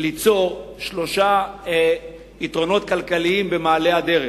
ליצור שלושה יתרונות כלכליים במעלה הדרך: